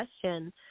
question